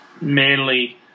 Manly